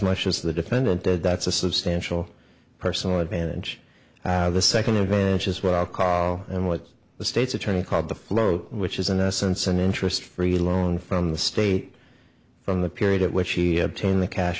much as the defendant did that's a substantial personal advantage the second advantage is what i'll call and what the state's attorney called the flow which is in a sense an interest free loan from the state from the period at which he obtained the cash